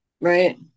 Right